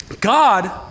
God